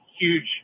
huge